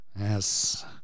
Yes